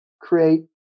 create